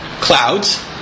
clouds